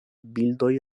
bildoj